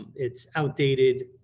it's outdated,